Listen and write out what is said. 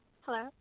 Hello